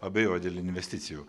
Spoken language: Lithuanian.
abejoja dėl investicijų